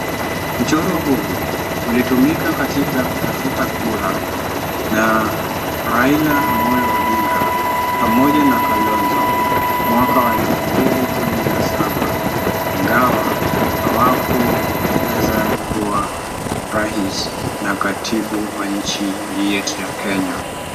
Mchoro huu ulitumika katika kutafuta kura na Raila Amolo Odinga pamoja na Kalonzo mwaka wa elfu mbili kumi na saba, ingawa hawakuweza kuwa raisi na katibu wa nchi yetu ya Kenya.